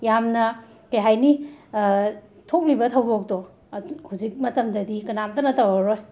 ꯌꯥꯝꯅ ꯀꯩ ꯍꯥꯏꯅꯤ ꯊꯣꯛꯂꯤꯕ ꯊꯧꯗꯣꯛꯇꯣ ꯍꯧꯖꯤꯛ ꯃꯇꯝꯗꯗꯤ ꯀꯅꯥꯝꯇꯅ ꯇꯧꯔꯔꯣꯏ